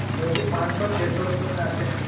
धोती पाँच सौ छः सौ रुपये में आते हैं